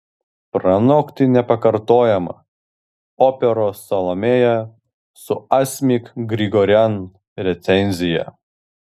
pranokti nepakartojamą operos salomėja su asmik grigorian recenzija